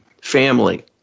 family